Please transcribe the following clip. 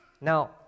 Now